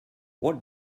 what